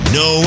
no